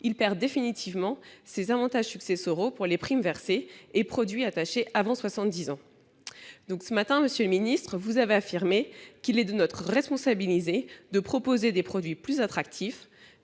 il perd définitivement les avantages successoraux pour les primes versées et produits attachés avant cet âge. Ce matin, monsieur le ministre, vous avez affirmé qu'il était « de notre responsabilité de proposer des produits plus attractifs